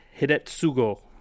Hidetsugo